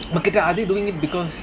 ok are they doing it because